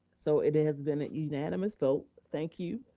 so it has been a unanimous vote. thank you,